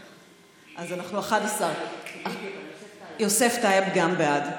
אז אנחנו 11. יוסף טייב גם בעד.